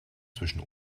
zwischen